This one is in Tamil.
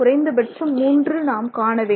குறைந்தபட்சம் 3 நாம் காண வேண்டும்